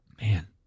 Man